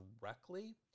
directly